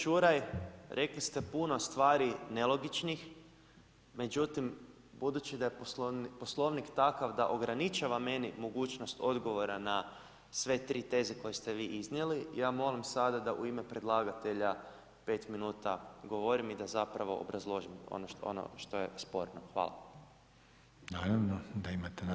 G. Čuraj, rekli ste puno stvari nelogičnih, međutim budući da je Poslovnik takav da ograničava meni mogućnost odgovora na sve tri teze koje ste vi iznijeli, ja molim sada da u ime predlagatelja 5 min govorim i da zapravo obrazložim ono što je sporno, hvala.